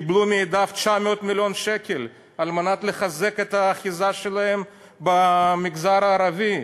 קיבלו מידיו 900 מיליון שקל כדי לחזק את האחיזה שלהם במגזר הערבי.